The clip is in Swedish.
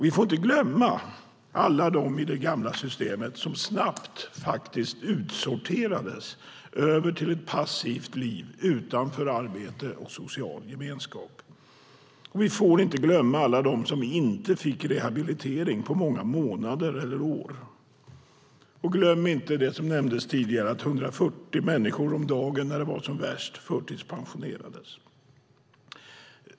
Vi får inte glömma alla i det gamla systemet som snabbt faktiskt utsorterades till ett passivt liv utanför arbete och social gemenskap. Vi får inte heller glömma alla som inte fick rehabilitering på många månader eller år. Och glöm inte det som nämndes tidigare, nämligen att 140 människor om dagen, när det var som värst, förtidspensionerades.